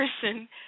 person